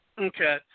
Okay